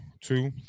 two